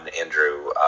Andrew